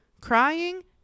crying